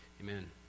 Amen